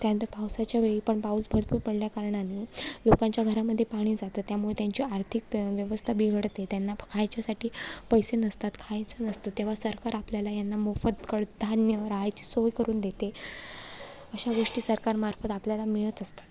त्यानंतर पावसाच्या वेळी पण पाऊस भरपूर पडल्या कारणाने लोकांच्या घरामध्ये पाणी जातं त्यामुळे त्यांची आर्थिक व्यवस्था बिघडते त्यांना फ् खायच्या साठी पैसे नसतात खायचं नसतं तेव्हा सरकार आपल्याला यांना मोफत कडधान्य राहायची सोय करून देते अशा गोष्टी सरकारमार्फत आपल्याला मिळत असतात